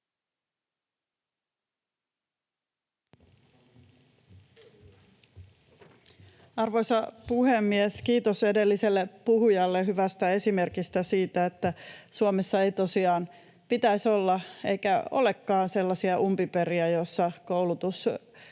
Arvoisa puhemies! Kiitos edelliselle puhujalle hyvästä esimerkistä siitä, että Suomessa ei tosiaan pitäisi olla eikä olekaan sellaisia umpiperiä, joissa koulutuspolku